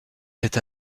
cet